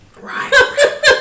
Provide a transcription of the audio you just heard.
Right